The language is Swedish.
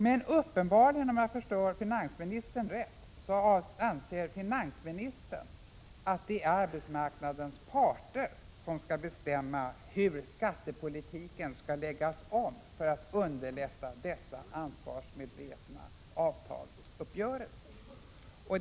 Men uppenbarligen anser finansministern, om jag förstått honom rätt, att det är arbetsmarknadens parter som skall bestämma hur skattepolitiken skall läggas om för att underlätta dessa ansvarsmedvetna avtalsuppgörelser.